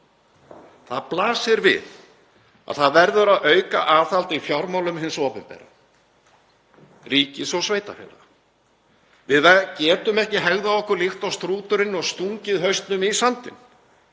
Það blasir við að það verður að auka aðhald í fjármálum hins opinbera, ríkis og sveitarfélaga. Við getum ekki hegðað okkur líkt og strúturinn og stungið hausnum í sandinn.